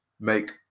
make